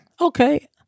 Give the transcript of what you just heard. okay